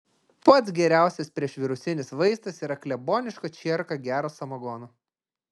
pats geriausias priešvirusinis vaistas yra kleboniška čierka gero samagono